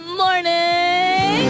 morning